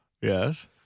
Yes